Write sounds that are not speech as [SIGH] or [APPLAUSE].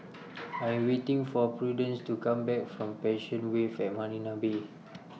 [NOISE] I Am waiting For Prudence to Come Back from Passion Wave At Marina Bay